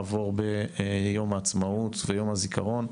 עבור ביום העצמאות ויום הזיכרון,